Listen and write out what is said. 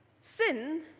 sin